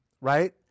right